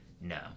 no